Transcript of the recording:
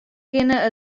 kinne